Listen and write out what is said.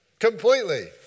Completely